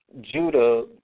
Judah